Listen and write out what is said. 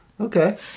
Okay